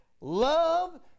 love